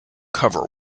cover